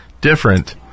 different